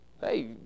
Hey